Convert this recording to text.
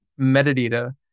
metadata